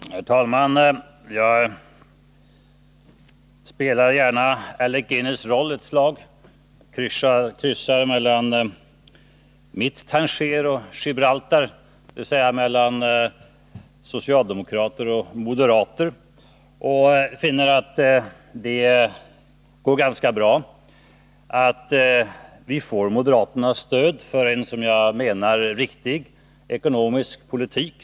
Herr talman! Jag spelar gärna Alec Guinness roll ett tag och kryssar mellan mitt Tanger och Gibraltar, dvs. mellan socialdemokrater och moderater. Jag finner att det går ganska bra. Vi får moderaternas stöd för en, som jag menar, riktig ekonomisk politik.